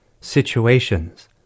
situations